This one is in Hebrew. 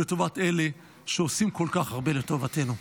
לטובת אלה שעושים כל כך הרבה לטובתנו.